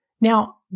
Now